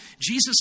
Jesus